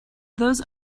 those